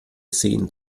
seen